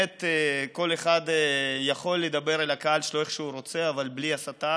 כל אחד יכול לדבר אל הקהל שלו איך שהוא רוצה אבל בלי הסתה